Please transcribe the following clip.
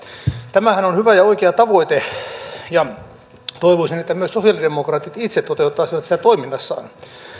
tämähän on hyvä ja oikea tavoite ja toivoisin että myös sosialidemokraatit itse toteuttaisivat sitä toiminnassaan